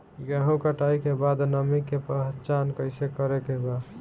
गेहूं कटाई के बाद नमी के पहचान कैसे करेके बा?